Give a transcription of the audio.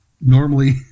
Normally